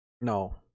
No